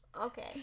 Okay